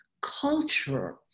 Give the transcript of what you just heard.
culture